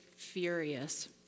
furious